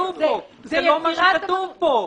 זה לא מה שכתוב פה.